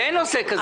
אין נושא כזה פה.